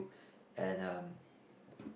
and um